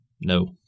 no